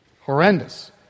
horrendous